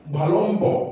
Balombo